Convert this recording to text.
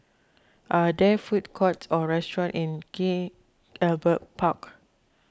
are there food courts or restaurants in King Albert Park